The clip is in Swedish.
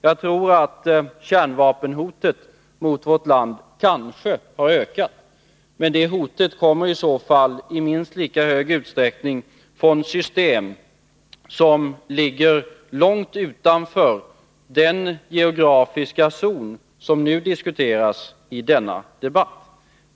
Jag tror att kärnvapenhotet mot vårt land kan ha ökat, men det hotet kommer i så fall i minst lika stor utsträckning från system som ligger långt utanför den geografiska zon som diskuteras i denna debatt.